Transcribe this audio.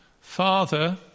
Father